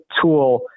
tool